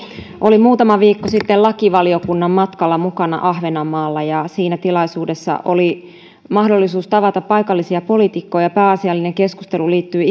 olin muutama viikko sitten lakivaliokunnan matkalla mukana ahvenanmaalla ja siinä tilaisuudessa oli mahdollisuus tavata paikallisia poliitikkoja pääasiallinen keskustelu liittyi